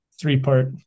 three-part